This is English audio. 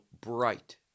bright